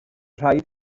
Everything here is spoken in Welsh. rhaid